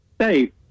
safe